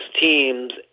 teams